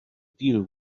deal